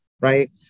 right